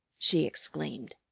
she exclaimed.